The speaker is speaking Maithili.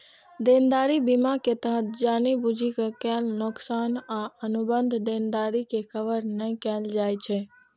देनदारी बीमा के तहत जानि बूझि के कैल नोकसान आ अनुबंध देनदारी के कवर नै कैल जाइ छै